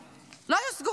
יושגו.